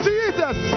Jesus